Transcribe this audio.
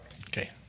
okay